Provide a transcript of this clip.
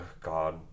god